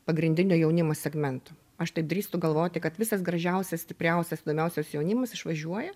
pagrindinio jaunimo segmento aš taip drįstu galvoti kad visas gražiausias stipriausias įdomiausias jaunimas išvažiuoja